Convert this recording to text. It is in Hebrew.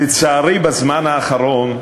לצערי בזמן האחרון,